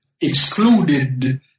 excluded